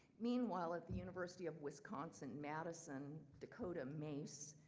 meanwhile at the university of wisconsin-madison, dakota mace